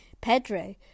Pedro